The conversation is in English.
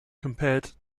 compared